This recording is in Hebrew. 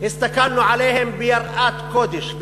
הסתכלנו עליהם ביראת קודש,